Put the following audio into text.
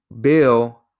Bill